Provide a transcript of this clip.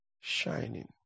shining